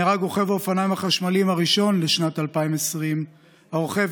נהרג רוכב האופניים החשמליים הראשון לשנת 2020. הרוכב,